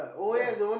ya